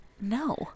No